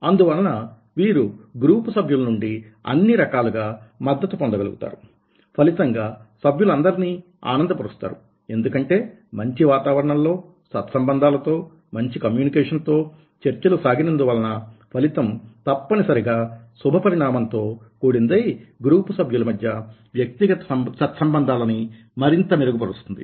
అందువలన వీరు గ్రూపు సభ్యుల నుండి అన్ని రకాలుగా మద్దతు పొందగలుగుతారు ఫలితంగా సభ్యులందరినీ ఆనంద పరుస్తారు ఎందుకంటే మంచి వాతావరణంలో సత్సంబంధాలతో మంచి కమ్యూనికేషన్ తో చర్చలు సాగినందు వలన ఫలితం తప్పనిసరిగా శుభ పరిణామం తో కూడినదై గ్రూపు సభ్యుల మధ్య వ్యక్తిగత సత్సంబంధాలని మరింత మెరుగు పరుస్తుంది